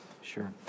Sure